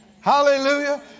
Hallelujah